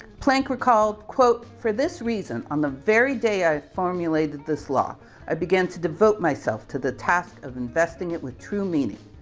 planck recalled quote for this reason on the very day i formulated this law i began to devote myself to the task of investing it with true meaning.